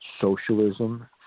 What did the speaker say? socialism